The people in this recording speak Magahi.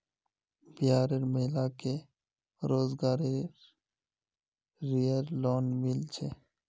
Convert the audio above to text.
बिहार र महिला क रोजगार रऐ लोन मिल छे